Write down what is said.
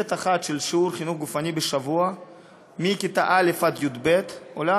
תוספת אחת של שיעור חינוך גופני בשבוע מכיתה א' עד י"ב עולה